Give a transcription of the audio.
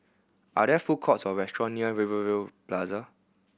are there food courts or restaurant near Rivervale Plasa